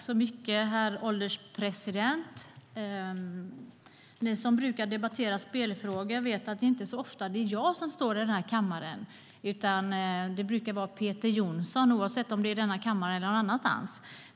Herr ålderspresident! Ni som brukar debattera spelfrågor vet att det inte så ofta är jag som står här i kammaren då. Det brukar vara Peter Johnsson, oavsett om det är i denna kammare eller någon annanstans.